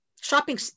shopping